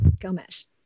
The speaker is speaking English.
Gomez